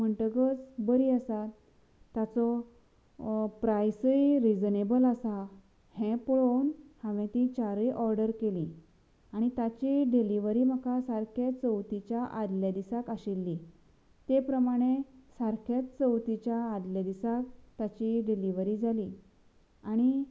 म्हणटगर बरीं आसा ताचो प्रायसय रिजनेबल आसा हें पळोवन हांवेन तीं चारय ऑर्डर केलीं आनी ताची डिल्हिवरी म्हाका सारके चवथीच्या आदले दिसाक आशिल्ली तें प्रमाणें सारकेंच चवथीच्या आदले दिसा ताची डिल्हिवरी जाली आनी